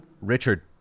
richard